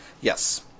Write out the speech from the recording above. Yes